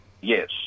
Yes